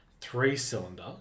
three-cylinder